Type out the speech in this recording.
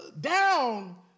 down